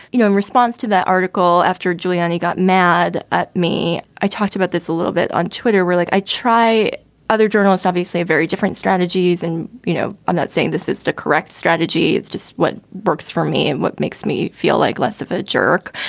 you know, in response to that article after giuliani got mad at me. i talked about this a little bit on twitter. really? i try other journalists, obviously, very different strategies. and, you know, i'm not saying this is the correct strategy. it's just what works for me and what makes me feel like less of a jerk.